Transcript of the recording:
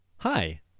Hi